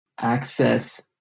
Access